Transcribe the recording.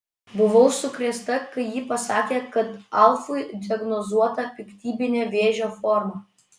buvau sukrėsta kai ji pasakė kad alfui diagnozuota piktybinė vėžio forma